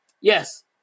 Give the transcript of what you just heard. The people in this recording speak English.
Yes